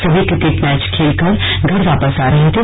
सभी cricket match खेल कर घर वापस आ रहे थे